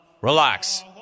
Relax